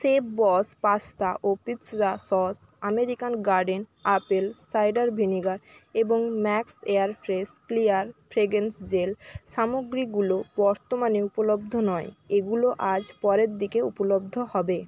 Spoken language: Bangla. শেফ বস পাস্তা ও pizza sauce American garden apple cider vinegar এবং max air fresh clear fragrance gel সামগ্রীগুলো বর্তমানে উপলব্ধ নয় এগুলো আজ পরের দিকে উপলব্ধ হবে